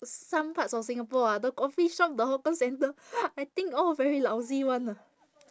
some parts of singapore ah the coffee shop the hawker center I think all very lousy [one] lah